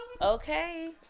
Okay